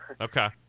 Okay